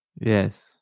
Yes